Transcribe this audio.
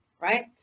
Right